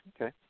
Okay